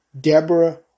Deborah